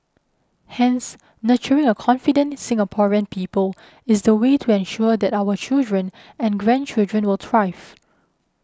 hence nurturing a confident Singaporean people is the way to ensure that our children and grandchildren will thrive